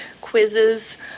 quizzes